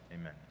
Amen